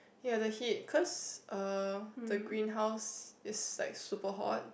ya the heat cause uh the greenhouse is like super hot